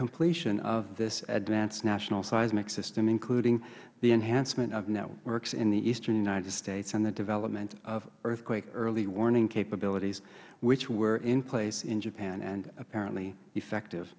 completion of this advanced national seismic system including the enhancement of networks in the eastern united states and the development of earthquake early warning capabilities which were in place in japan and apparently effective